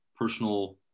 personal